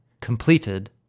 completed